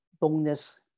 bonus